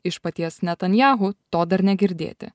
iš paties netanyahu to dar negirdėti